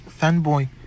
Fanboy